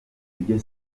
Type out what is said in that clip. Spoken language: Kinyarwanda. ibyo